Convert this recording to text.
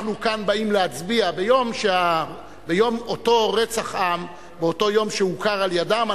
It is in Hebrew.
אנחנו כאן באים להצביע על רצח עם באותו יום שהוכר על-ידיהם.